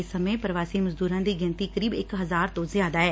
ਇਸ ਸਮੇਂ ਪ੍ਰਵਾਸੀ ਮਜ਼ਦੂਰਾਂ ਦੀ ਗਿਣਤੀ ਕਰੀਬ ਇਕ ਹਜ਼ਾਰ ਤੋਂ ਜਿਆਦਾ ਐ